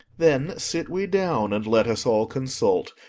then sit we down and let us all consult.